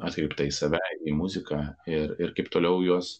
atkreiptą į save į muziką ir ir kaip toliau juos